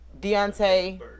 Deontay